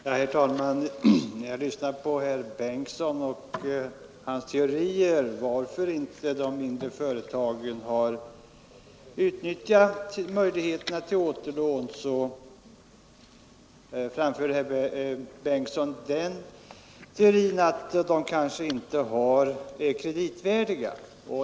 Herr talman! Herr Bengtsson i Landskrona framför den teorin om varför de mindre företagen inte har utnyttjat möjligheterna till återlån, att de kanske inte är kreditvärdiga.